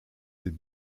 des